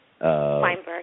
Weinberg